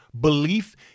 belief